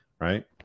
right